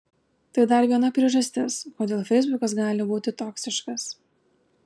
tai dar viena priežastis kodėl feisbukas gali būti toksiškas